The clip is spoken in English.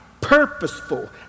purposeful